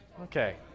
Okay